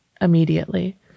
immediately